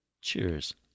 Cheers